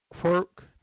quirk